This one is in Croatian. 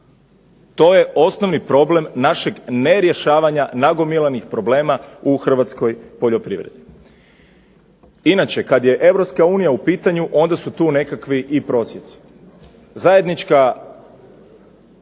To je osnovni problem našeg nerješavanja nagomilanih problema u hrvatskoj poljoprivredi. Inače, kad je EU u pitanju onda su tu nekakvi i prosjeci. Zajednička